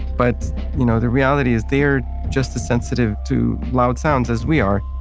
but you know the reality is they're just as sensitive to loud sounds as we are.